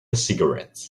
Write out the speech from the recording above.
cigarette